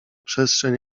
przestrzeń